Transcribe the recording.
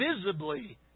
visibly